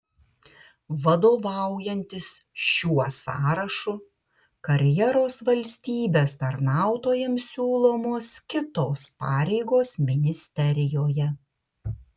vadovaujantis šiuo sąrašu karjeros valstybės tarnautojams siūlomos kitos pareigos ministerijoje